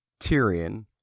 Tyrion